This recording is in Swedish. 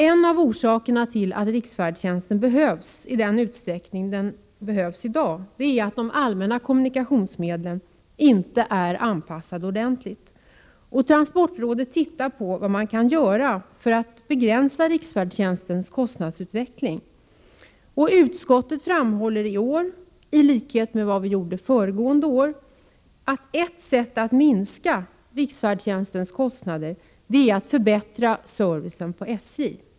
En av orsakerna till att riksfärdtjänsten behövs i nuvarande utsträckning är att de allmänna kommunikationsmedlen inte är ordentligt anpassade. Transportrådet undersöker vad som kan göras för att begränsa riksfärdtjänstens kostnadsutveckling. Utskottet framhåller i år i likhet med föregående år att ett sätt att minska riksfärdtjänstens kostnader är att förbättra servicen på SJ.